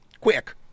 Quick